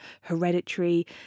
Hereditary